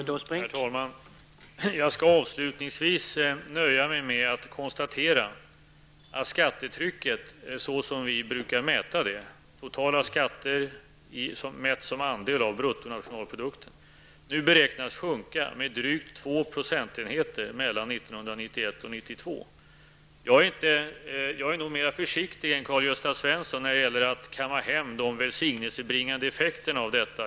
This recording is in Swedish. Herr talman! Jag skall avslutningsvis nöja mig med att konstatera att skattetrycket, såsom vi brukar mäta det, totala skatter mätt som andel av bruttonationalprodukten, nu beräknas sjunka med drygt 2 procentenheter mellan 1991 och 1992. Jag är nog mera försiktig än Karl-Gösta Svenson när det gäller att kamma hem de välsignelsebringade effekterna av detta.